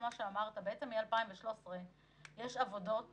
מ-2013 יש עבודות